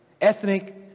ethnic